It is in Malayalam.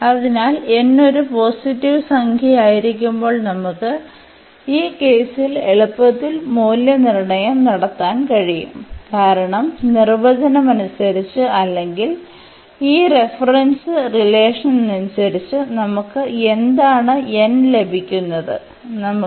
അതിനാൽ n ഒരു പോസിറ്റീവ് സംഖ്യയായിരിക്കുമ്പോൾ നമുക്ക് ഈ കേസിൽ എളുപ്പത്തിൽ മൂല്യനിർണ്ണയം നടത്താൻ കഴിയും കാരണം നിർവചനം അനുസരിച്ച് അല്ലെങ്കിൽ ഈ റഫറൻസ് റിലേഷൻ അനുസരിച്ച് നമുക്ക് എന്താണ് n ലഭിക്കുന്നത് നമുക്ക്